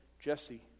Jesse